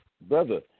brother